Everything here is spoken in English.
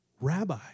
Rabbi